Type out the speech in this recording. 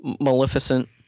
Maleficent